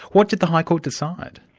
what did the high court decide?